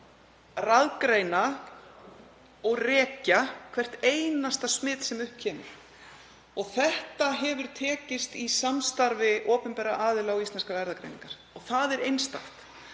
að raðgreina og rekja hvert einasta smit sem upp kemur. Þetta hefur tekist í samstarfi opinberra aðila og Íslenskrar erfðagreiningar og það er einstakt.